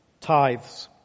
tithes